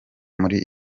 muri